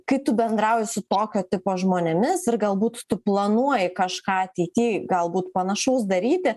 kai tu bendrauji su tokio tipo žmonėmis ir galbūt tu planuoji kažką ateity galbūt panašaus daryti